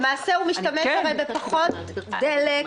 למעשה הוא משתמש הרי בפחות דלק,